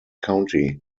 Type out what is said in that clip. county